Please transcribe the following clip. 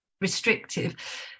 restrictive